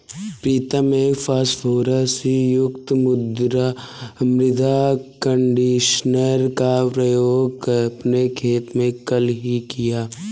प्रीतम ने फास्फोरस युक्त मृदा कंडीशनर का प्रयोग अपने खेत में कल ही किया